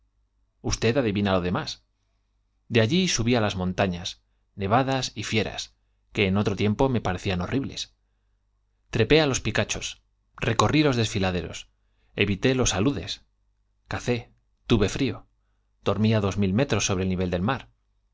moreno adivina lo demás de allí s bí las mejor i usted montañas nevadas y fieras que en otro tiempo me recorrí los horribles trepé á los picachos parecían á aludes cacé tuve frío dormí desfiladeros evité los sobre el nivel del mar